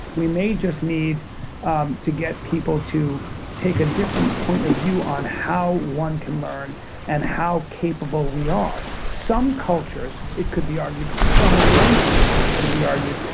we may just need um to get people to take a different point of view on how one can learn and how capable we are. some cultures, it could be argued, some races it could be argued,